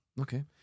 Okay